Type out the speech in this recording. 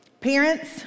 Parents